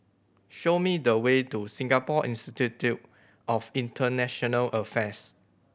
show me the way to Singapore Institute of International Affairs